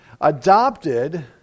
adopted